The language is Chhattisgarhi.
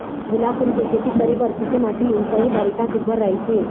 गुलाब फूल के खेती करे बर किसे माटी ऊंचाई बारिखा सुघ्घर राइथे?